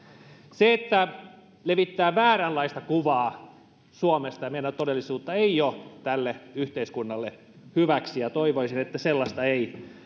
se että levittää vääränlaista kuvaa suomesta ja meidän todellisuudesta ei ole tälle yhteiskunnalle hyväksi ja toivoisin että sellaista ei